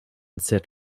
set